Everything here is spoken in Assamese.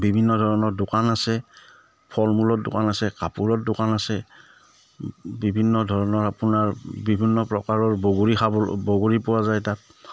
বিভিন্ন ধৰণৰ দোকান আছে ফল মূলৰ দোকান আছে কাপোৰৰ দোকান আছে বিভিন্ন ধৰণৰ আপোনাৰ বিভিন্ন প্ৰকাৰৰ বগৰী খাব বগৰী পোৱা যায় তাত